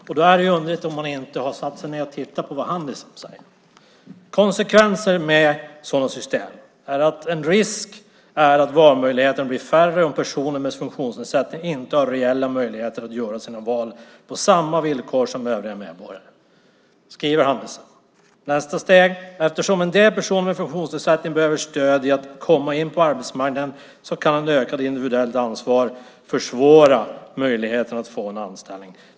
Det är underligt om man inte har tittat på vad Handisam säger: Konsekvensen med sådana system är att en risk är att valmöjligheterna blir färre om personer med funktionsnedsättning inte har reella möjligheter att göra sina val på samma villkor som övriga medborgare. Så skriver Handisam. Vidare säger man: Eftersom en del personer med funktionsnedsättning behöver stöd i att komma in på arbetsmarknaden kan det ökade individuella ansvaret försvåra möjligheten att få en anställning.